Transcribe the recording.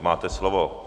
Máte slovo.